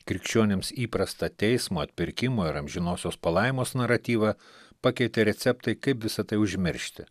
krikščionims įprasta teismo atpirkimo ir amžinosios palaimos naratyvą pakeitė receptai kaip visa tai užmiršti